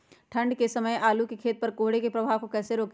ठंढ के समय आलू के खेत पर कोहरे के प्रभाव को कैसे रोके?